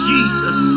Jesus